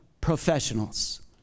professionals